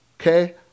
Okay